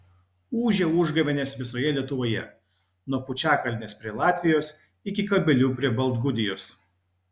ūžia užgavėnės visoje lietuvoje nuo pučiakalnės prie latvijos iki kabelių prie baltgudijos